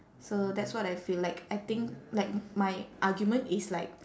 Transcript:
so that's what I feel like I think like my argument is like